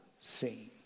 seen